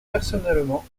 personnellement